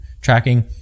tracking